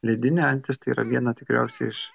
ledinė antis tai yra viena tikriausiai iš